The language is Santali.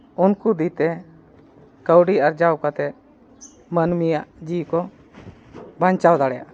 ᱩᱱᱠᱩ ᱫᱤᱭᱮᱛᱮ ᱠᱟᱹᱣᱰᱤ ᱟᱨᱡᱟᱣ ᱠᱟᱛᱮᱫ ᱢᱟᱹᱱᱢᱤᱭᱟᱜ ᱡᱤᱣᱤ ᱠᱚ ᱵᱟᱧᱪᱟᱣ ᱫᱟᱲᱮᱭᱟᱜᱼᱟ